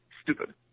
stupid